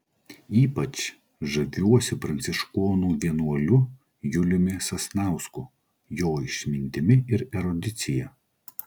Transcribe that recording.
ypač žaviuosi pranciškonų vienuoliu juliumi sasnausku jo išmintimi ir erudicija